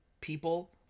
people